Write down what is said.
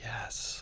Yes